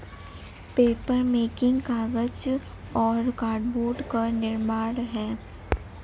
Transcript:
papermaking कागज और cardboard का निर्माण है